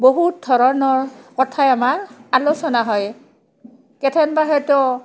বহুত ধৰণৰ কথাই আমাৰ আলোচনা হয় কেথেন বাহঁতেও